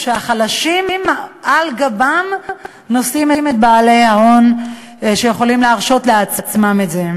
החלשים נושאים על גבם את בעלי ההון שיכולים להרשות את זה.